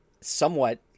somewhat